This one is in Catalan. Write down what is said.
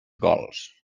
gols